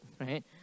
right